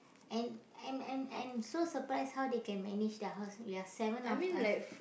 and and and and so surprised how they can manage their house you are seven of us